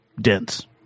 dense